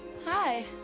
hi